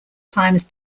times